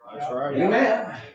Amen